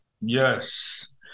Yes